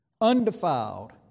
undefiled